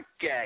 gay